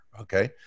okay